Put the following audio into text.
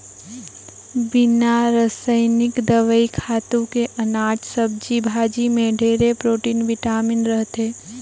बिना रसइनिक दवई, खातू के अनाज, सब्जी भाजी में ढेरे प्रोटिन, बिटामिन रहथे